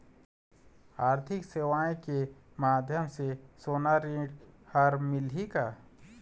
आरथिक सेवाएँ के माध्यम से सोना ऋण हर मिलही का?